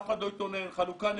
אף אחד לא התלונן, חלוקה נכונה.